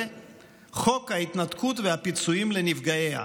"חוק ההתנתקות והפיצויים לנפגעיה",